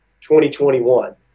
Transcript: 2021